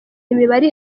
imibare